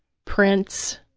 prince,